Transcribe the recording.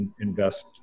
invest